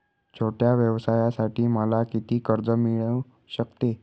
छोट्या व्यवसायासाठी मला किती कर्ज मिळू शकते?